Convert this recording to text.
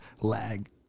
Lag